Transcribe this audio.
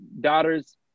daughter's